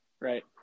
Right